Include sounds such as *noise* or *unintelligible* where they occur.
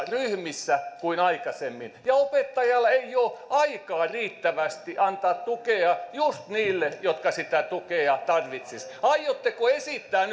*unintelligible* ryhmissä kuin aikaisemmin ja opettajalla ei ole aikaa riittävästi antaa tukea just niille jotka sitä tukea tarvitsisivat aiotteko esittää *unintelligible*